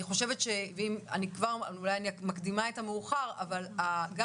אולי אני מקדימה את המאוחר אבל אני חושבת שגם